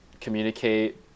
communicate